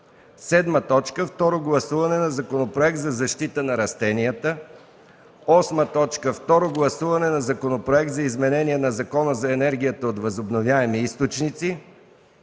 продължение. 7. Второ гласуване на Законопроект за защита на растенията. 8. Второ гласуване на Законопроект за изменение на Закона за енергията от възобновяеми източници.